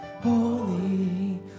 holy